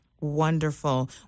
Wonderful